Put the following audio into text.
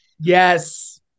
Yes